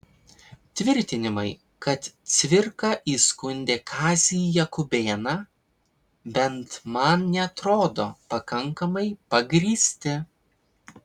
tvirtinimai kad cvirka įskundė kazį jakubėną bent man neatrodo pakankamai pagrįsti